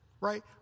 Right